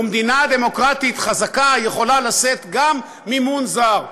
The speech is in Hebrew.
ומדינה דמוקרטית חזקה יכולה לשאת גם מימון זר,